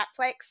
Netflix